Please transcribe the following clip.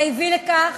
זה הביא לכך